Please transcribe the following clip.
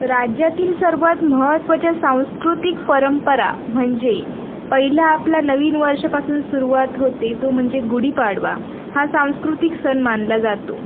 राज्यातील सर्वात महत्त्वाच्या सांस्कृतिक परंपरा म्हणजे पहिला आपलं नवीन वर्षापासून सुरुवात होते तो म्हणजे गुढीपाडवा हा सांस्कृतिक सण मानला जातो